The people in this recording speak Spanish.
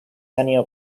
año